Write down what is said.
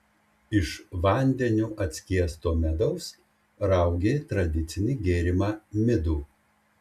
iš vandeniu atskiesto medaus raugė tradicinį gėrimą midų